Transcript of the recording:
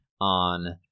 on